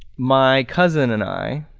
my cousin and i.